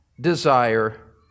desire